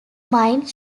mine